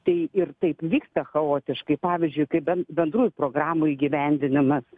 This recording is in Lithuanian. tai ir taip vyksta chaotiškai pavyzdžiui kaip ben bendrųjų programų įgyvendinimas